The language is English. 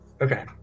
Okay